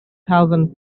thousand